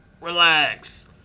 relax